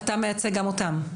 אתה מייצג גם אותם?